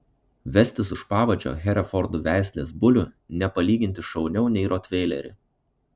vestis už pavadžio herefordų veislės bulių nepalyginti šauniau nei rotveilerį